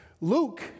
Luke